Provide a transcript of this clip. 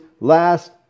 last